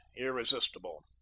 irresistible